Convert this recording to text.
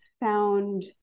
found